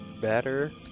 better